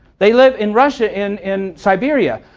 they live in russia in in siberia,